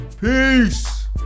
Peace